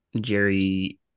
Jerry